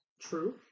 True